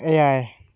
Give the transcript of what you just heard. ᱮᱭᱟᱭ